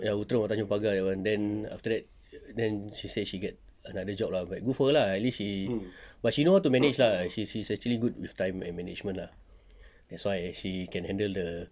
ya outram or tanjong pagar that one then after that then she say she get another job lah but good for her lah at least she but she knows how to manage lah she she say actually good with time and management lah that's why she can handle the